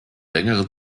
längere